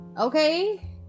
Okay